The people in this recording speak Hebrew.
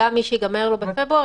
גם מי שייגמר לו בפברואר,